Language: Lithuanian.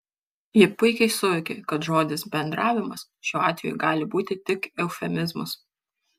ji puikiai suvokė kad žodis bendravimas šiuo atveju gali būti tik eufemizmas